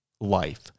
life